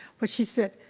but she said,